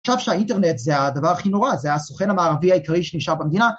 ‫חשב שהאינטרנט זה הדבר הכי נורא, ‫זה הסוכן המערבי העיקרי שנשאר במדינה.